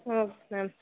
okay ma'am